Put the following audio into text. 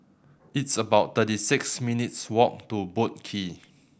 it's about thirty six minutes walk to Boat Quay